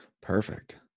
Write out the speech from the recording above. Perfect